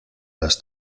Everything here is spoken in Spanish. las